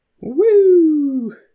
Woo